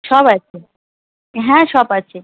সব আছে হ্যাঁ সব আছে